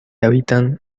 habitan